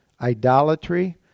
idolatry